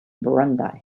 burundi